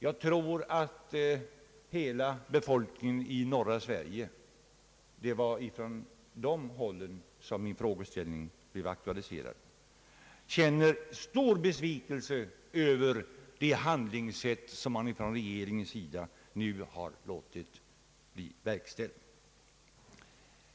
Jag tror att hela befolkningen i norra Sverige — det var från det hållet frågeställningen aktualiserades — känner stor besvikelse över regeringens handlingssätt.